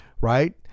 right